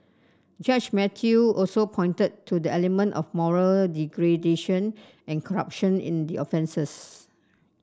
Judge Mathew also pointed to the element of moral degradation and corruption in the offences